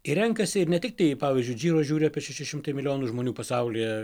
ir renkasi ir ne tiktai pavyzdžiui džiro žiūri apie šeši šimtai milijonų žmonių pasaulyje